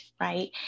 right